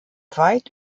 weit